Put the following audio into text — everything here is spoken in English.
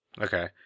okay